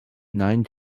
nine